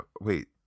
Wait